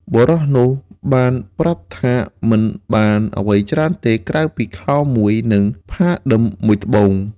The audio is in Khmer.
បុរសនោះបានប្រាប់ថាមិនបានអ្វីច្រើនទេ ក្រៅពីខោមួយ និងផាឌិបមួយត្បូង។